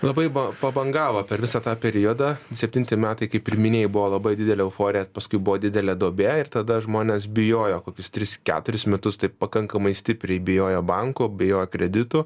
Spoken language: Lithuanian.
labai buvo pabangavo per visą tą periodą septinti metai kaip ir minėjai buvo labai didelė euforija paskui buvo didelė duobė ir tada žmonės bijojo kokius tris keturis metus taip pakankamai stipriai bijojo banko bijojo kreditų